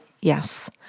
yes